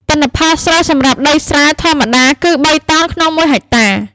ទិន្នផលស្រូវសម្រាប់ដីស្រែ ធម្មតាគឺបីតោនក្នុងមួយហិកតា។